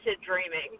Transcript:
dreaming